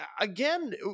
again